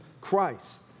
Christ